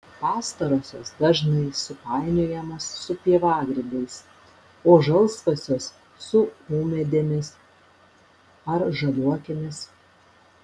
pastarosios dažnai supainiojamos su pievagrybiais o žalsvosios su ūmėdėmis ar žaliuokėmis